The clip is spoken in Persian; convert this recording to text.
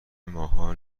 ماها